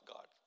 God